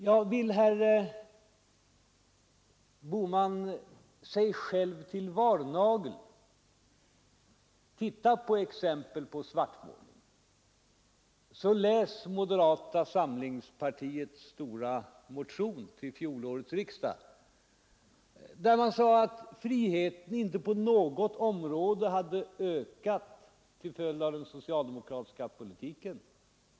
Ja, vill herr Bohman, sig själv till varnagel, titta på exempel på svartmålning, så läs moderata samlingspartiets stora motion till fjolårets riksdag! Där sades att den enskildes frihet inte på något sätt hade ökat till följd av den socialdemokratiska politiken.